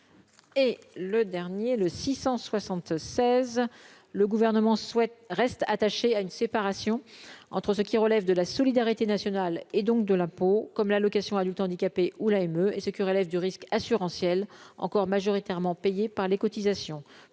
et le dernier le 676, le gouvernement souhaite reste attaché à une séparation entre ce qui relève de la solidarité nationale et donc de la peau, comme l'allocation adulte handicapé ou la et ce qui relève du risque assurantiel encore majoritairement payées par les cotisations